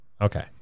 Okay